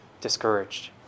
discouraged